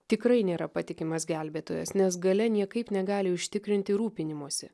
tikrai nėra patikimas gelbėtojas nes galia niekaip negali užtikrinti rūpinimosi